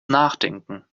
nachdenken